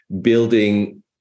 building